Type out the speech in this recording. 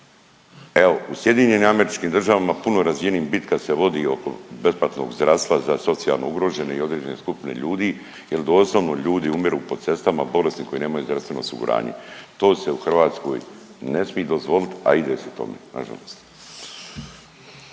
Evo u SAD-u puno razvijenijim bitka se vodi oko besplatnog zdravstva za socijalno ugrožene i određene skupine ljudi jer doslovno ljudi umiru po cestama bolesni koji nemaju zdravstveno osiguranje. To se u Hrvatskoj ne smi dozvolit, a ide se tome nažalost.